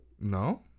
No